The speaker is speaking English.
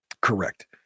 Correct